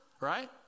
right